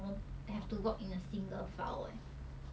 then like no no restaurants were open then no like